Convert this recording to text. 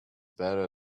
better